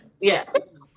Yes